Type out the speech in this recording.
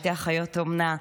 שתי אחיות אומנה,